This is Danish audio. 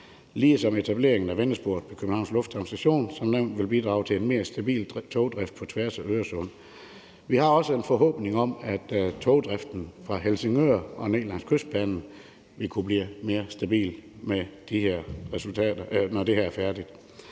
ligesom etableringen af vendesporet på Københavns Lufthavn Station som nævnt vil bidrage til en mere stabil togdrift på tværs af Øresund. Vi har også en forhåbning om, at togdriften fra Helsingør og ned langs Kystbanen vil kunne blive mere stabil, når det her er færdigt.